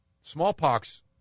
Smallpox